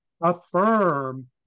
affirm